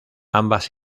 ambas